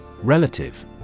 Relative